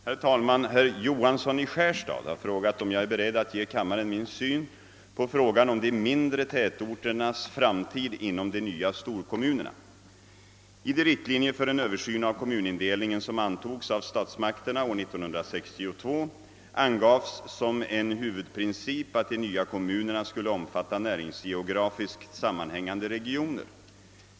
Herr talman! Herr Johansson i Skärstad har frågat, om jag är beredd att ge kammaren min syn på frågan om de mindre tätorternas framtid inom de nya storkommunerna. I de riktlinjer för en översyn av kommunindelningen som antogs av statsmakterna år 1962 angavs som en huvud Princip att de nya kommunerna skulle omfatta näringsgeografiskt sammanhängande regioner.